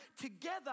together